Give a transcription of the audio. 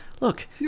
look